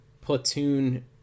platoon